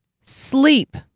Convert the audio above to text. Sleep